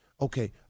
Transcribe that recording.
Okay